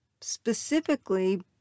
Specifically